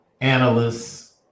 analysts